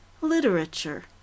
literature